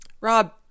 Rob